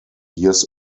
years